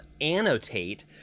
annotate